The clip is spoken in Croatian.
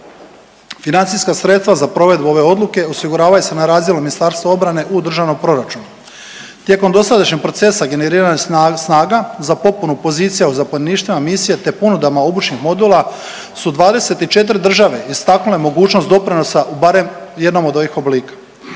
Financijska sredstva za provedbu ove odluke osiguravaju se na razdjelu Ministarstva obrane u državnom proračunu. Tijekom dosadašnjeg procesa generirana je snaga za popunu pozicija u zapovjedništvima misija, te ponudama obučnih modula su 24 države istaknule mogućnost doprinosa u barem jednom od ovih oblika.